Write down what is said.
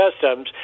customs